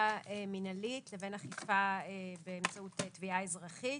מנהלית לבין אכיפה באמצעות תביעה אזרחית